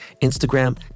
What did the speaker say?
Instagram